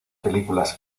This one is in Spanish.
películas